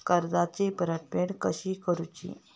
कर्जाची परतफेड कशी करूची?